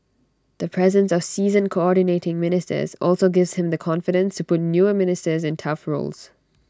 the presence of seasoned Coordinating Ministers also gives him the confidence to put newer ministers in tough roles